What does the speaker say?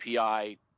API